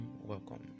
welcome